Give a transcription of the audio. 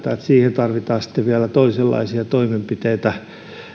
siihen tarvitaan sitten vielä toisenlaisia toimenpiteitä